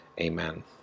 Amen